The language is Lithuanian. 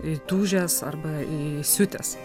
įtūžęs arba įsiutęs